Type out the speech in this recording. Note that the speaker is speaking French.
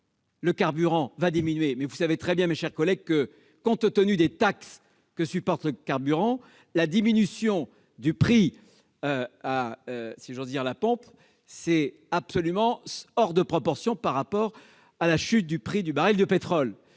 du carburant va diminuer, mais vous savez très bien, mes chers collègues, que, compte tenu des taxes que supporte le carburant, la diminution du prix à la pompe n'est absolument pas proportionnelle à la chute du prix du baril de pétrole.